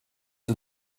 aux